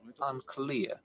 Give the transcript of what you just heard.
unclear